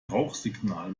rauchsignal